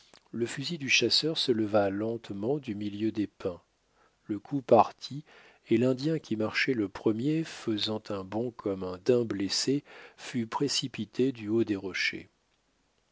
le fusil du chasseur se leva lentement du milieu des pins le coup partit et l'indien qui marchait le premier faisant un bond comme un daim blessé fut précipité du haut des rochers